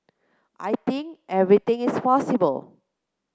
I think everything is possible